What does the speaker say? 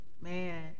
man